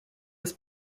was